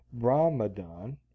brahmadan